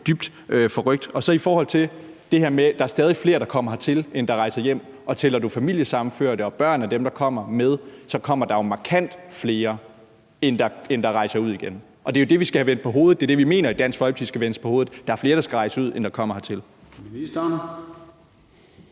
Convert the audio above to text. dybt forrykt. Så er der det her med, at der stadig er flere, der kommer hertil, end der rejser hjem, og tæller du familiesammenførte og børn af dem, der kommer, med, kommer der jo markant flere, end der rejser ud igen. Det er jo det, vi skal have vendt på hovedet. Det er det, vi i Dansk Folkeparti mener skal vendes på hovedet. Der er flere, der skal rejse ud, end der kommer hertil.